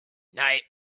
night